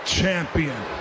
champion